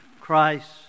Christ